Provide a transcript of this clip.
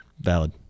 valid